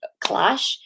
clash